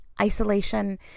isolation